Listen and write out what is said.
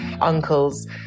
uncles